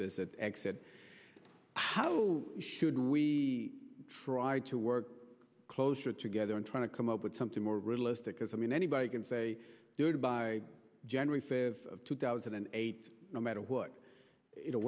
this exit how should we try to work closer together and try to come up with something more realistic because i mean anybody can say goodbye generally say of two thousand and eight no matter what you know